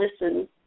listen